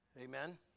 Amen